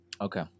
Okay